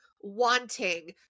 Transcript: wanting